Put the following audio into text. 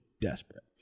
desperate